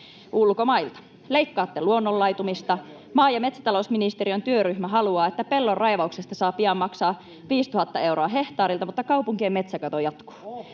ulkomailta. Leikkaatte luonnonlaitumista. Maa- ja metsätalousministeriön työryhmä haluaa, että pellonraivauksesta saa pian maksaa 5 000 euroa hehtaarilta, mutta kaupunkien metsäkato jatkuu.